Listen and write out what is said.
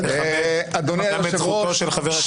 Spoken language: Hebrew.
תגמור משפט עד הסוף.